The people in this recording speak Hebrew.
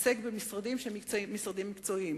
להתעסק במשרדים שהם מקצועיים.